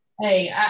Hey